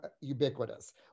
ubiquitous